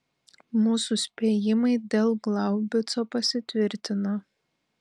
mūsų spėjimai dėl glaubico pasitvirtino